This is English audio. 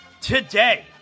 today